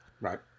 Right